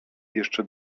jeszcze